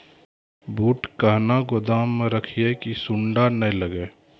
बूट कहना गोदाम मे रखिए की सुंडा नए लागे?